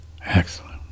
Excellent